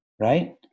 Right